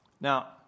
Now